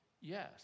yes